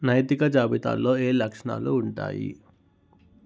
నైతిక జాబితాలో ఏ లక్షణాలు ఉంటాయి